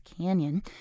Canyon